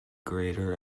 greater